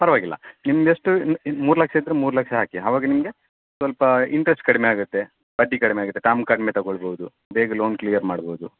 ಪರವಾಗಿಲ್ಲ ನಿಮ್ದು ಎಷ್ಟು ಮೂರು ಲಕ್ಷ ಇದ್ದರೆ ಮೂರು ಲಕ್ಷ ಹಾಕಿ ಅವಾಗ ನಿಮಗೆ ಸ್ವಲ್ಪ ಇಂಟ್ರೆಸ್ಟ್ ಕಡ್ಮೆ ಆಗತ್ತೆ ಬಡ್ಡಿ ಕಡ್ಮೆ ಆಗತ್ತೆ ಕಾಮ್ ಕಡ್ಮೆ ತಗೊಳ್ಬೌದು ಬೇಗ ಲೋನ್ ಕ್ಲಿಯರ್ ಮಾಡ್ಬೋದು